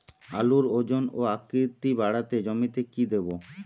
আলুর ওজন ও আকৃতি বাড়াতে জমিতে কি দেবো?